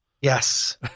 yes